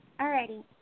Alrighty